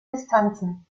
distanzen